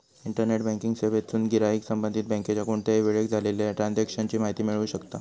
internet banking सेवेतसून गिराईक संबंधित बँकेच्या कोणत्याही वेळेक झालेल्या ट्रांजेक्शन ची माहिती मिळवू शकता